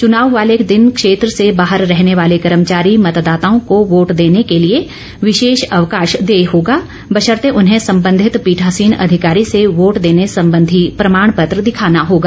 चुनाव वाले दिन क्षेत्र से बाहर रहने वाले कर्मचारी मतदाताओं को योट देने के लिए विशेष आकरिमक अवकाश देय होगा बेशर्ते उन्हें संबंधित पीठासीन अधिकारी से वोट देने संबंधी प्रमाण पत्र दिखाना होगा